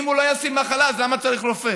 אם הוא לא ישים מחלה, אז למה צריך רופא?